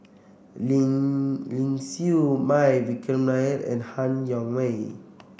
Ling Ling Siew May Vikram Nair and Han Yong May